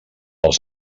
els